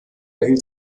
erhielt